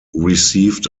received